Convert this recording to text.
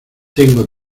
tengo